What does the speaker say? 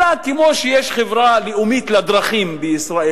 אלא כמו שיש חברה לאומית לדרכים בישראל,